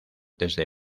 desde